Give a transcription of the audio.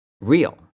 real